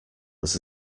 was